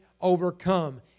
overcome